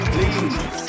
Please